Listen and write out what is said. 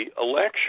election